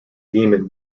demon